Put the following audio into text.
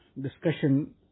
discussion